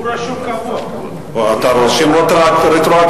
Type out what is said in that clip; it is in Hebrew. נרשמתי מההתחלה.